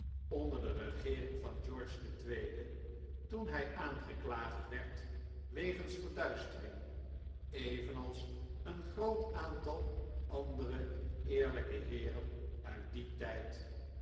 onder de regeering van george ii toen hij aangeklaagd werd wegens verduistering evenals een groot aantal andere eerlijke heeren uit dien tijd